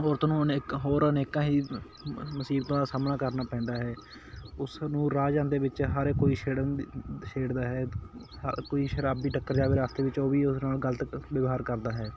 ਔਰਤ ਨੂੰ ਅਨੇਕਾਂ ਹੋਰ ਅਨੇਕਾਂ ਹੀ ਮੁਸੀਬਤਾਂ ਦਾ ਸਾਹਮਣਾ ਕਰਨਾ ਪੈਂਦਾ ਹੈ ਉਸ ਨੂੰ ਰਾਹ ਜਾਂਦੇ ਵਿੱਚ ਹਰ ਕੋਈ ਛੇੜਨ ਛੇੜਦਾ ਹੈ ਕੋਈ ਸ਼ਰਾਬੀ ਟੱਕਰ ਜਾਵੇ ਰਸਤੇ ਵਿੱਚ ਉਹ ਵੀ ਉਸ ਨਾਲ ਗਲਤ ਵਿਵਹਾਰ ਕਰਦਾ ਹੈ